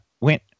went